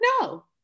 No